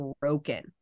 broken